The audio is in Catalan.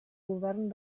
govern